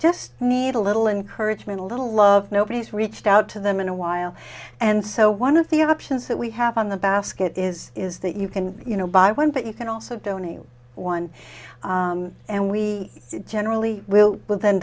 just need a little encouragement a little love nobody's reached out to them in a while and so one of the options that we have on the basket is is that you can you know buy one but you can also donate one and we generally will wi